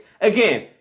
Again